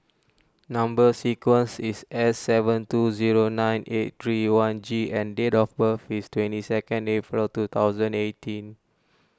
Number Sequence is S seven two zero nine eight three one G and date of birth is twenty second April two thousand eighteen